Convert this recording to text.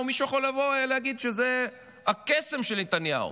ומישהו יכול להגיד שזה הקסם של נתניהו,